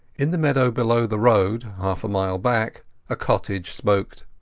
in the meadows below the road half a mile back a cottage smoked,